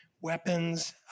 weapons